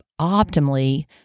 optimally